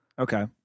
Okay